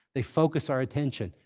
they focus our attention.